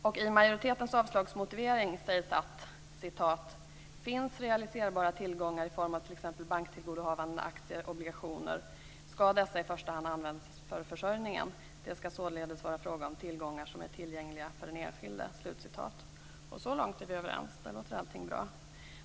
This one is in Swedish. Utskottsmajoriteten skriver i sin avslagsmotivering: Finns realiserbara tillgångar i form av t.ex. banktillgodohavanden, aktier eller obligationer skall dessa i första hand användas för försörjningen. Det skall således vara fråga om tillgångar som är tillgängliga för den enskilde. Så långt är vi överens, det låter bra.